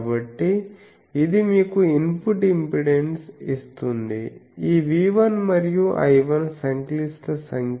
కాబట్టి ఇది మీకు ఇన్పుట్ ఇంపెడెన్స్ ఇస్తుంది ఈ V1 మరియు I1 సంక్లిష్ట సంఖ్యలు